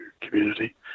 community